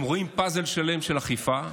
אם רואים פאזל שלם של אכיפה,